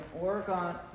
Oregon